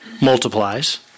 multiplies